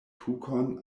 tukon